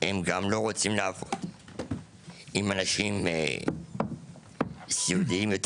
הם גם לא רוצים לעבוד עם אנשים יותר מידי סיעודיים.